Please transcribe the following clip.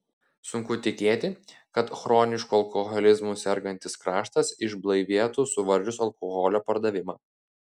sunku tikėti kad chronišku alkoholizmu sergantis kraštas išblaivėtų suvaržius alkoholio pardavimą